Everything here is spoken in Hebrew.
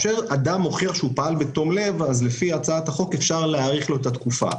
שמוכיח שהוא פעל בתום לב אפשר להאריך את התקופה.